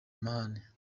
amahane